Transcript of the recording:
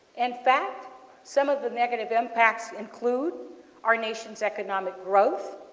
in fact some of the negative impacts include our nation's economic growth.